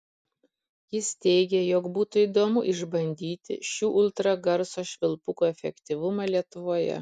jis teigė jog būtų įdomu išbandyti šių ultragarso švilpukų efektyvumą lietuvoje